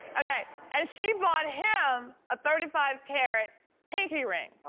okay and she bought him, a thirty five carat pinky ring.